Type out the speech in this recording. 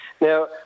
Now